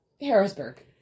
Harrisburg